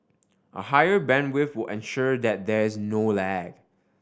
a higher bandwidth will ensure that there is no lag